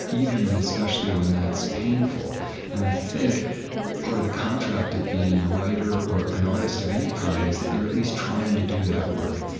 even and especially when that's painful and i think part of the contract of being a writer or an artist of any kind is that you're at least trying to do that work.